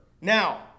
Now